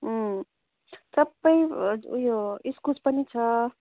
उम् सबै ऊ यो इस्कुस पनि छ